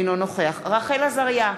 אינו נוכח רחל עזריה,